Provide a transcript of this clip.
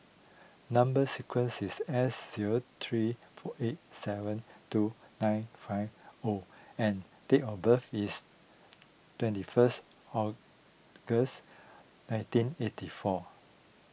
Number Sequence is S zero three eight seven two nine five O and date of birth is twenty first August nineteen eighty four